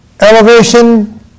elevation